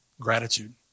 gratitude